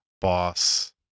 Boss